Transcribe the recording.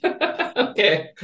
Okay